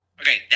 Okay